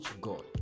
God